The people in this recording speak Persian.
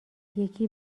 یکی